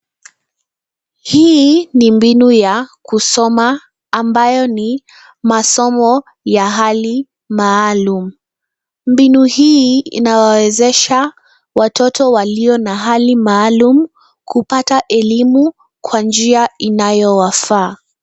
Hii ni mbinu ya kusoma ambayo ni masomo ya hali maalum. Mbinu hii inawawezesha watoto walio na hali maalum kupata elimu kwa njia inayowafaa.